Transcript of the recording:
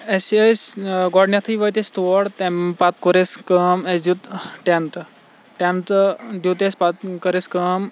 اَسہِ أسۍ گۄڈٕنِتھٕے وٲت أسۍ تور تمہِ پَتہ کٔر اَسہِ کٲم اَسہِ دِیُت ٹیٚںٹ ٹیٚنٹ دِیُت اَسہِ پَتہٕ کٔر اَسہِ کٲم